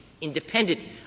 independent